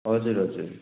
हजुर हजुर